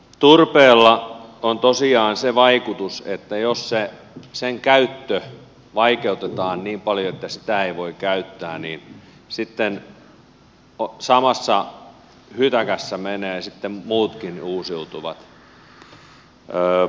turpeella on tosiaan se vaikutus että jos sen käyttöä vaikeutetaan niin paljon että sitä ei voi käyttää niin sitten samassa hytäkässä menevät muutkin uusiutuvat